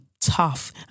tough